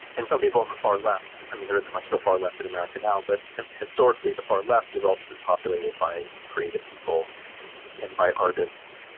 and some people on the far left, there isn't much of a far left in america now, but historically the far left has also been populated by creative people and by artists.